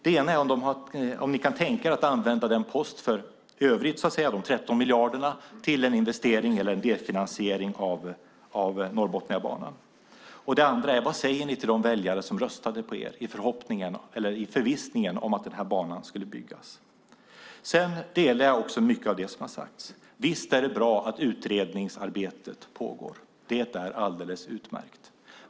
Den ena gäller om ni kan tänka er att använda den post för övrigt, de 13 miljarderna, till en investering eller en delfinansiering av Norrbotniabanan. Den andra frågan är: Vad säger ni till de väljare som röstade på er i förvissningen om att den här banan skulle byggas? Jag instämmer också i mycket av det som sagts: Visst är det alldeles utmärkt att utredningsarbetet pågår.